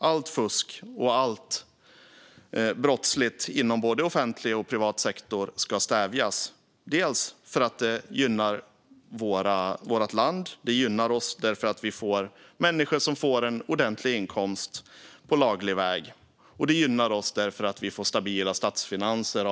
Allt fusk och allt brottsligt inom både offentlig och privat sektor ska stävjas, dels för att det gynnar vårt land eftersom vi då får människor som får en ordentlig inkomst på laglig väg, dels för att ordning och reda ger stabila statsfinanser.